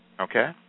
okay